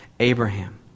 Abraham